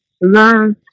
learn